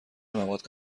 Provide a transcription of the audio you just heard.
مواد